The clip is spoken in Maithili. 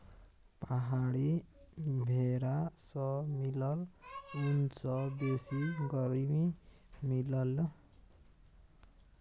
पहाड़ी भेरा सँ मिलल ऊन सँ बेसी गरमी मिलई छै